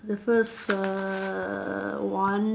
the first err one